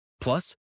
Plus